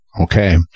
Okay